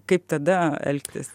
kaip tada elgtis